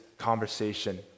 conversation